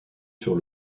sur